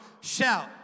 shout